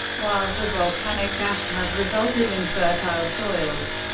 while the volcanic ash has resulted in fertile soils,